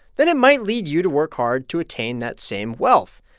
then it might lead you to work hard to attain that same wealth.